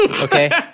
okay